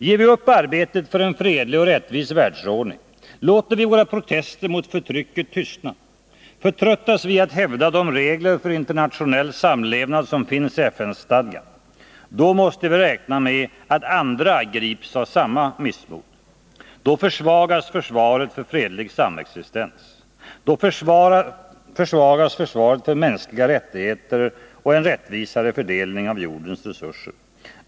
Ger vi upp arbetet för en fredlig och rättvis världsordning, låter vi våra protester mot förtrycket tystna, förtröttas vi i att hävda de regler för internationell samlevnad som finns i FN-stadgan, då måste vi räkna med att andra grips av samma missmod. Då försvagas försvaret för fredlig samexistens, och då försvagas också försvaret av mänskliga rättigheter och en rättvisare fördelning av jordens resurser.